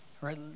right